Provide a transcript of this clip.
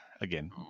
Again